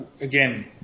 again